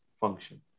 function